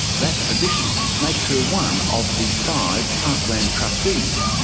that position makes her one of the five parkland trustees,